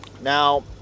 Now